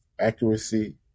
accuracy